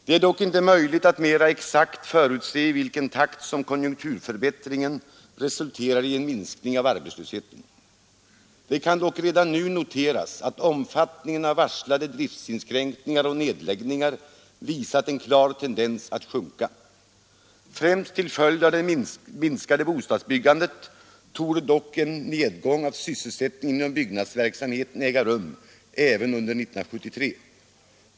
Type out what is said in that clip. Det är dock inte möjligt att mera exakt förutse i vilken takt som konjunkturförbättringen resulterar i en minskning av arbetslösheten. Det kan dock redan nu noteras att omfattningen av varslade driftsinskränkningar och nedläggningar visat en klar tendens att sjunka. Främst till följd av det minskade bostadsbyggandet torde dock en nedgång av sysselsättningen inom byggnadsverksamheten äga rum även under 1973.